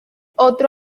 otro